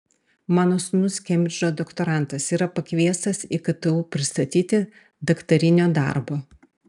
mano sūnus kembridžo doktorantas yra pakviestas į ktu pristatyti daktarinio darbo